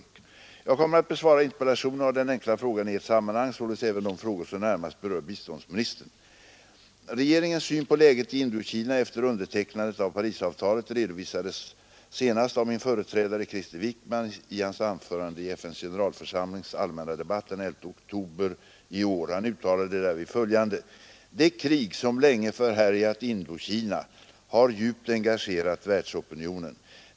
Jag kommer att besvara interpellationerna och den enkla frågan i ett sammanhang, sålunda även de frågor som närmast berör biståndsministern. Regeringens syn på läget i Indokina efter undertecknandet av Parisavtalet redovisades senast av min företrädare Krister Wickman i hans anförande i FN:s generalförsamlings allmänna debatt den 11 oktober 1973. Han uttalade därvid följande: ”Det krig, som så länge förhärjat Indokina, har djupt engagerat världsopinionen.